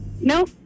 No